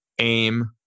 aim